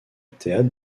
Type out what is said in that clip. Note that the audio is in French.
théâtre